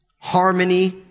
harmony